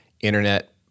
internet